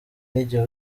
n’igihe